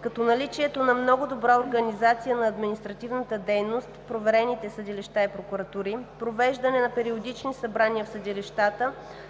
като наличието на много добра организация на административната дейност в проверените съдилища и прокуратури, провеждане на периодични събрания в съдилищата,